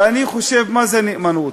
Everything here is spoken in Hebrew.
ואני חושב, מה זה נאמנות?